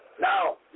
now